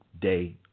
day